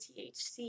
THC